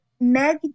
Meg